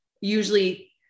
usually